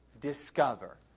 discover